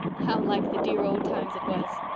how like the dear old times it was!